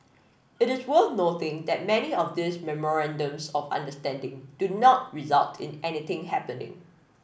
it is worth noting that many of these memorandums of understanding do not result in anything happening